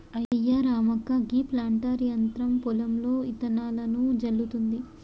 అయ్యా రామక్క గీ ప్లాంటర్ యంత్రం పొలంలో ఇత్తనాలను జల్లుతుంది